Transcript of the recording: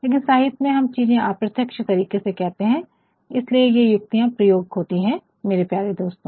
लेकिन साहित्य में हम चीज़े अप्रत्यक्ष तरीके से कहते है और इसलिए ये युक्तियाँ प्रयोग होती है मेरे प्यारे दोस्तों